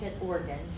organ